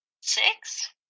Six